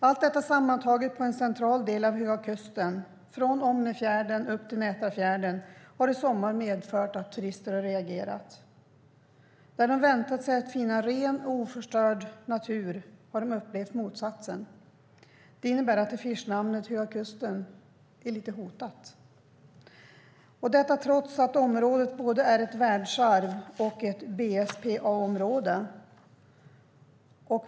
Allt detta sammantaget på en central del av Höga kusten, från Omnefjärden upp till Nätrafjärden, medförde i somras att turister reagerade. Där de väntat sig att finna ren och oförstörd natur har de upplevt motsatsen. Det innebär att affischnamnet Höga kusten är lite hotat, trots att området är både ett världsarv och ett BSPA-område.